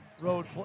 road